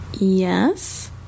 Yes